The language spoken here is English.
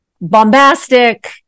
bombastic